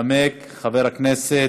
ינמק חבר הכנסת